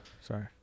Sorry